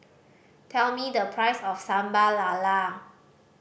tell me the price of Sambal Lala